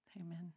Amen